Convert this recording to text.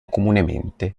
comunemente